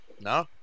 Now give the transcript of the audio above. No